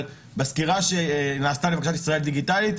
אבל בסקירה שנעשתה לבקשת ישראל דיגיטלית,